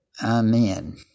Amen